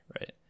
right